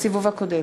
בסיבוב הקודם.